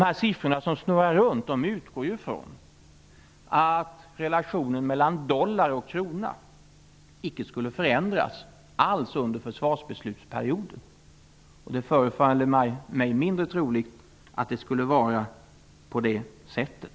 Alla siffror som snurrar runt grundas på att relationen mellan dollar och krona inte skulle förändras alls under försvarsbeslutsperioden. Det förefaller mig mindre troligt att det skulle kunna vara på det sättet.